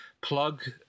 plug